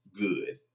good